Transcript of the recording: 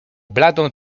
bladą